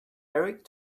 eric